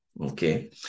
okay